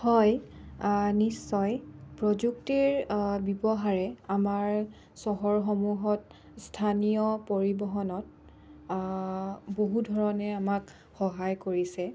হয় নিশ্চয় প্ৰযুক্তিৰ ব্যৱহাৰে আমাৰ চহৰসমূহত স্থানীয় পৰিৱহণত বহু ধৰণে আমাক সহায় কৰিছে